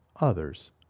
others